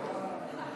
אתה חושב שאני